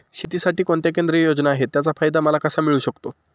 शेतीसाठी कोणत्या केंद्रिय योजना आहेत, त्याचा फायदा मला कसा मिळू शकतो?